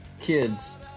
kids